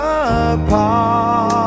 apart